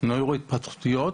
נוירו-התפתחויות